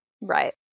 Right